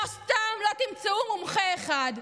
לא סתם לא תמצאו מומחה אחד,